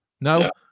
No